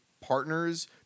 partners